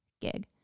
gig